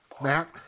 Matt